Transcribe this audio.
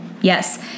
Yes